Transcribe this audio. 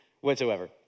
whatsoever